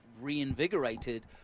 reinvigorated